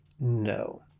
No